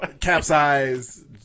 Capsized